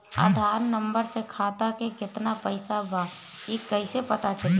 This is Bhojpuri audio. आधार नंबर से खाता में केतना पईसा बा ई क्ईसे पता चलि?